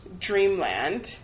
dreamland